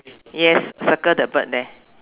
yes circle the bird there